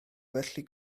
felly